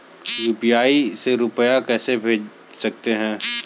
UPI से रुपया कैसे भेज सकते हैं?